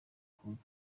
kuruta